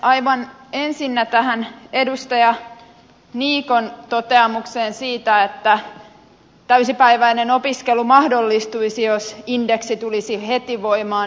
aivan ensinnä tähän edustaja niikon toteamukseen siitä että täysipäiväinen opiskelu mahdollistuisi jos indeksi tulisi heti voimaan